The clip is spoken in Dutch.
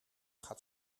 gaat